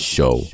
Show